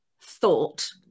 thought